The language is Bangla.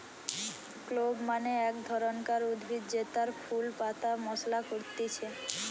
ক্লোভ মানে এক ধরণকার উদ্ভিদ জেতার ফুল পাতা মশলা করতিছে